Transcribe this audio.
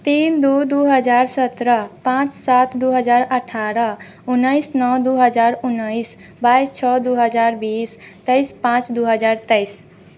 तीन दू दू हजार सत्रह पाँच सात दू हजार अठारह उन्नैस नओ दू हजार उन्नैस बाइस छओ दो हजार बीस तेइस पाँच दू हजार तेइस